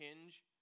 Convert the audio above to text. hinge